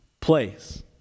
place